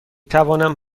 توانم